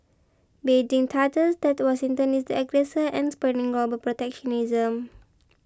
Beijing charges that Washington is the aggressor and spurring global protectionism